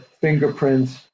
fingerprints